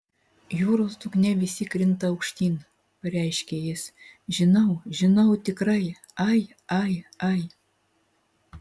jūros dugne visi krinta aukštyn pareiškė jis žinau žinau tikrai ai ai ai